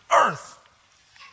earth